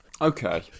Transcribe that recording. Okay